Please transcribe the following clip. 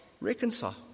Reconcile